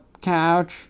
couch